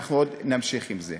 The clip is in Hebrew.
אנחנו עוד נמשיך עם זה.